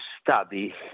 study